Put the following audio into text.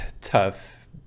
tough